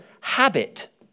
habit